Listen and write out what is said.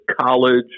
college